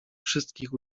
wszystkich